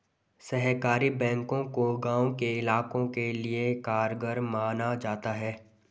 सहकारी बैंकों को गांव के इलाकों के लिये कारगर माना जाता है